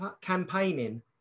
campaigning